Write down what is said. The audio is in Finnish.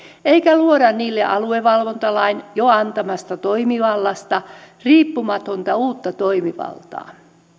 eikä luoda niille aluevalvontalain jo antamasta toimivallasta riippumatonta uutta toimivaltaa